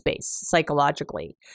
psychologically